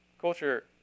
Culture